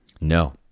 No